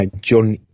John